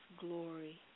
glory